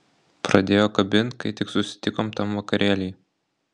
pradėjo kabint kai tik susitikom tam vakarėly